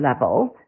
level